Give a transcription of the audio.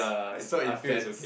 you so intense